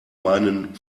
meinen